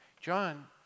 John